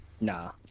Nah